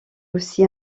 aussi